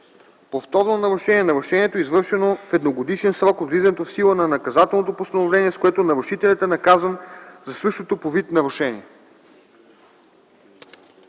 „Повторно нарушение" е нарушението, извършено в едногодишен срок от влизането в сила на наказателното постановление, с което нарушителят е наказан за същото по вид нарушение.”